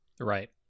Right